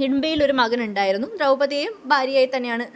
ഹിഡുമ്പിയിൽ ഒരു മകനുണ്ടായിരുന്നു ദ്രപതിയേയും ഭാര്യയായിത്തന്നെയാണ്